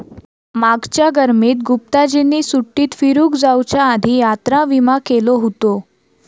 मागच्या गर्मीत गुप्ताजींनी सुट्टीत फिरूक जाउच्या आधी यात्रा विमा केलो हुतो